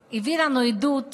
אושוויץ-בירקנאו.